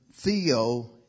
Theo